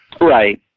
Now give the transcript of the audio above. Right